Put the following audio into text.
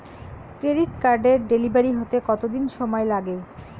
Credit কার্ডের delivery হতে কতদিন সময় লাগে?